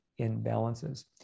imbalances